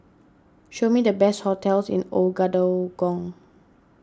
show me the best hotels in Ouagadougou